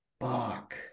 Fuck